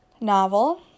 novel